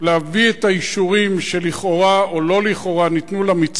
את האישורים שלכאורה או לא לכאורה ניתנו למצרים,